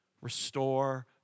Restore